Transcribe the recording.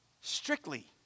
strictly